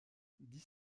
dix